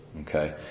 okay